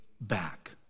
back